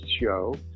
show